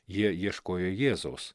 jie ieškojo jėzaus